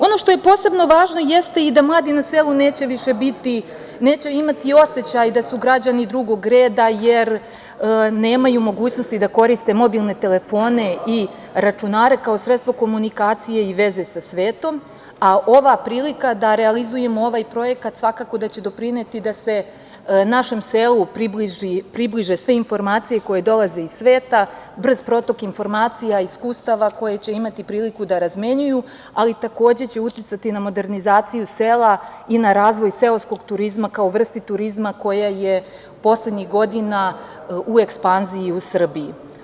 Ono što je posebno važno jeste da i mladi na selu neće više imati osećaj da su građani drugog reda, jer nemaju mogućnosti da koriste mobilne telefone i računare kao sredstvo komunikacije i veze sa svetom, a ova prilika da realizujemo ovaj projekat svakako da će doprineti da se našem selu približe sve informacije koje dolaze iz sveta, brz protok informacija i iskustava koje će imati priliku da razmenjuju, ali takođe će uticati na modernizaciju sela i na razvoj seoskog turizma kao vrste turizma koja je poslednjih godina u ekspanziji u Srbiji.